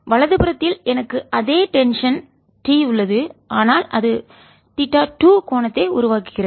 வலது புறத்தில் எனக்கு அதே டென்ஷன்இழுவிசை T உள்ளது ஆனால் அது தீட்டா 2 கோணத்தை உருவாக்குகிறது